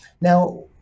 Now